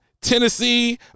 Tennessee